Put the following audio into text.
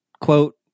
quote